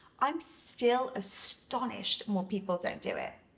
i'm still astonished more people don't do it.